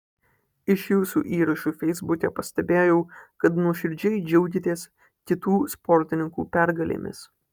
iš jūsų įrašų feisbuke pastebėjau kad nuoširdžiai džiaugiatės kitų sportininkų pergalėmis